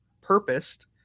purposed